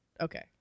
Okay